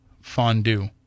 fondue